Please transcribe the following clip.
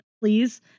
please